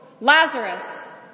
Lazarus